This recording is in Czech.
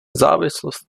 závislost